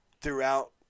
Throughout